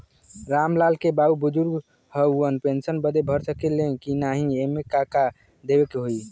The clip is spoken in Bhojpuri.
राम लाल के बाऊ बुजुर्ग ह ऊ पेंशन बदे भर सके ले की नाही एमे का का देवे के होई?